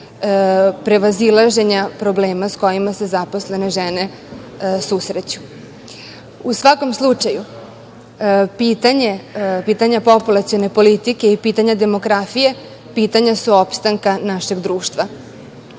prevazilaženja problema sa kojima se zaposlene žene susreću.U svakom slučaju, pitanja populacione politike i pitanje demografije pitanja su opstanka našeg društva.